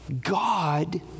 God